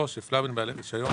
הפלה בין בעלי רישיון